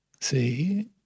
see